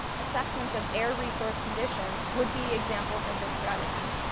assessments of air resource conditions, would be examples of this strategy.